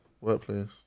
workplace